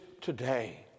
today